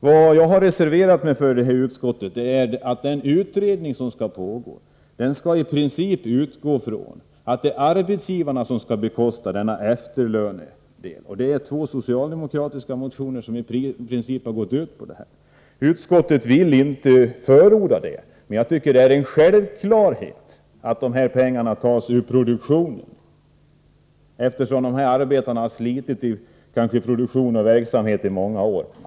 Det jag har reserverat mig mot i utskottsbetänkandet är att utskottet inte vill förorda att utredningen egentligen skall utgå från att det är arbetsgivarna som skall bekosta denna efterlön. Det är två socialdemokratiska motioner som i princip går ut på detta. Jag tycker att det är en självklarhet att dessa pengar tas ur produktionen, eftersom de här arbetarna har slitit i produktionen under många år.